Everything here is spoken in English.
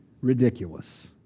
ridiculous